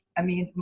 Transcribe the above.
i mean,